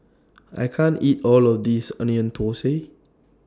I can't eat All of This Onion Thosai